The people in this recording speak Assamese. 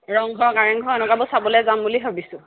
ৰংঘৰ কাৰেংঘৰ এনেকুৱাবোৰ চাবলৈ যাম বুলি ভাবিছোঁ